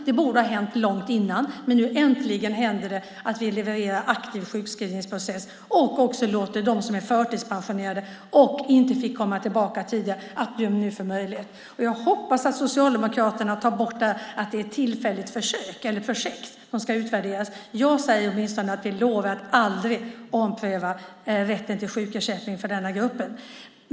Det borde ha hänt långt innan, men nu äntligen händer det att vi levererar en aktiv sjukskrivningsprocess och också låter dem som är förtidspensionerade och inte fick komma tillbaka tidigare nu få den möjligheten. Jag hoppas att Socialdemokraterna tar bort sin skrivning om att det är ett tillfälligt försök eller projekt som ska utvärderas. Jag säger åtminstone att vi lovar att aldrig ompröva rätten till sjukersättning för denna grupp.